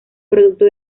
producto